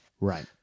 Right